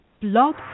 Blog